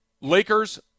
Lakers